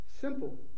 Simple